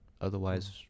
otherwise